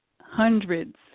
hundreds